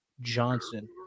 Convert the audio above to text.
Johnson